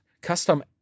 custom